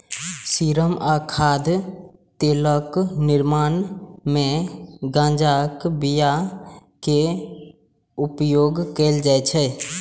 serum आ खाद्य तेलक निर्माण मे गांजाक बिया के उपयोग कैल जाइ छै